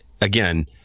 again